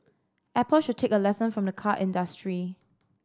Apple should take a lesson from the car industry